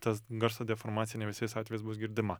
tas garso deformacija ne visais atvejais bus girdima